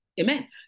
Amen